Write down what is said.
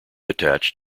attached